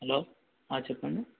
hello చెప్పండి